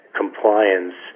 compliance